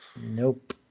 Nope